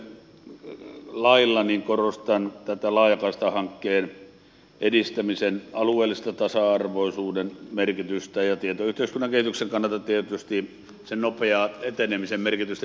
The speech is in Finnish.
edustaja piiraisen lailla korostan laajakaistahankkeen edistämisessä alueellisen tasa arvon merkitystä ja tietoyhteiskunnan kehityksen kannalta tietysti sen nopean etenemisen merkitystä